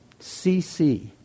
CC